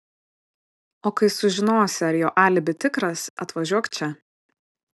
o kai sužinosi ar jo alibi tikras atvažiuok čia